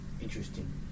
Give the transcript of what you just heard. interesting